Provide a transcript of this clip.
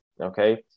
okay